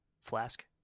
Flask